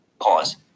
Pause